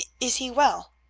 is he well?